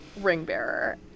ring-bearer